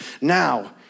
now